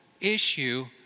issue